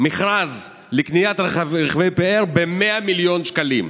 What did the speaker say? מכרז לקניית רכבי פאר ב-100 מיליון שקלים.